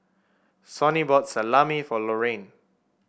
Sonny bought Salami for Lorraine